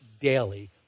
daily